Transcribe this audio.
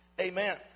Amen